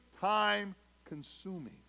time-consuming